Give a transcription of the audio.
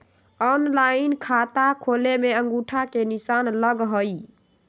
Online खाता खोले में अंगूठा के निशान लगहई?